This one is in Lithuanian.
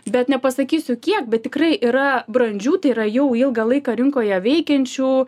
bet nepasakysiu kiek bet tikrai yra brandžių tai yra jau ilgą laiką rinkoje veikiančių